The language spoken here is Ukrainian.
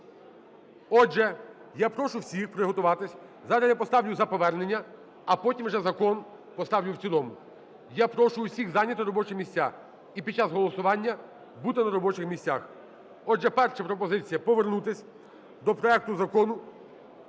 Отже, я прошу всіх приготуватись. Зараз я поставлю за повернення, а потім вже закон поставлю в цілому. Я прошу всіх зайняти робочі місця і під час голосування бути на робочих місцях. Отже, перша пропозиція: повернутись до проекту Закону